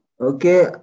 okay